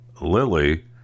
Lily